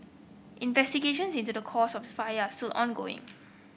investigations into the cause of the fire still ongoing